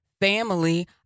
family